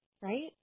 right